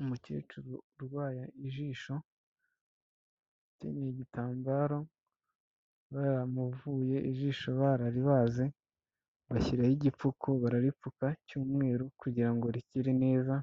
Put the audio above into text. Umukecuru urwaye ijisho ukenyeye igitambaro baramuvuye ijisho bararibaze bashyiraho igipfuko bararipfuka cy'umweru kugira ngo rikire neza